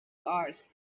hours